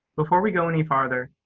before we go any farther,